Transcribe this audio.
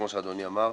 כמו שאדוני אמר.